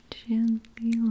gently